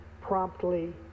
promptly